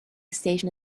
station